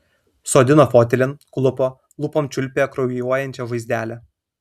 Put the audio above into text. sodino fotelin klupo lūpom čiulpė kraujuojančią žaizdelę